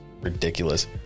ridiculous